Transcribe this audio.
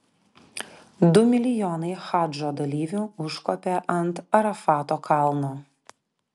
du milijonai hadžo dalyvių užkopė ant arafato kalno